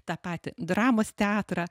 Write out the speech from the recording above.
tą patį dramos teatrą